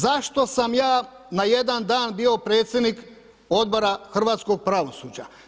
Zašto sam ja na jedan dan bio predsjednik Odbora hrvatskog pravosuđa?